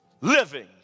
living